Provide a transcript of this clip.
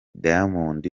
diamond